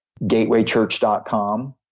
gatewaychurch.com